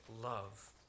love